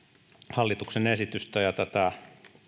hallituksen esitystä ja tätä